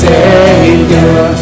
Savior